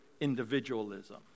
individualism